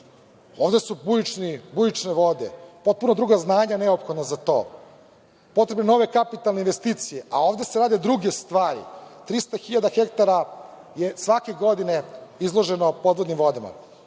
Ovde su bujične vode. Potpuno druga znanja neophodna za to. Potrebne su nove kapitalne investicije, a ovde se rade druge stvari. Trista hiljada hektara je svake godine izloženo podvodnim vodama.